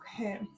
Okay